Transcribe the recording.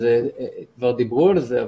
כבר דיברו על זה.